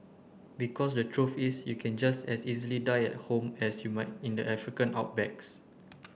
because the truth is you can just as easily die at home as you might in the African